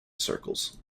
circles